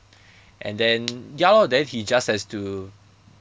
and then ya lor then he just has to